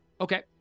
Okay